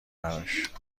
براش